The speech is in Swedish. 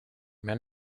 men